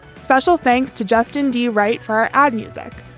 special thanks to justin. do you write for our add music?